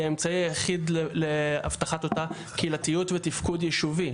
האמצעי היחיד להבטחת אותה קהילתיות ותפקוד יישובי?